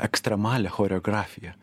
ekstremalią choreografiją